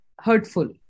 hurtful